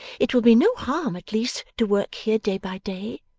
it will be no harm at least to work here day by day,